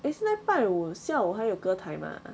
yesterday 拜五下午还有歌台 mah ah